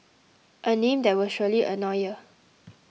a name that will surely annoy ya